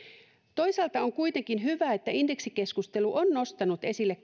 toisaalta on kuitenkin hyvä että indeksikeskustelu on nostanut esille